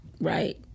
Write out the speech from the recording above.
right